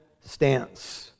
stance